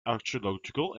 archaeological